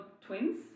twins